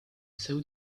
saw